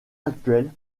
actuelle